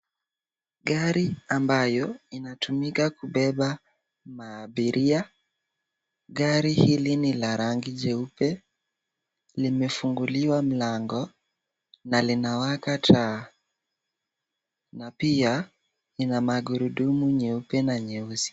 Gari ambayo inatumika kubeba maabiria, gari hili nila rangi jeupe limefunguliwa mlango na linawaka taa na pia lina magurudumu nyeupe na nyeusi.